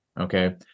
okay